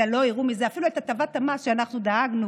אלא לא יראו מזה אפילו את הטבת המס שאנחנו דאגנו,